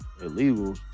illegal